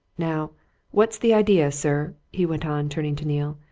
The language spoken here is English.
now what's the idea, sir, he went on, turning to neale,